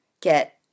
get